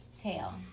Tail